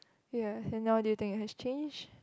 ya and now do you think it has changed